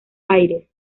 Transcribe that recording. aires